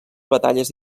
batalles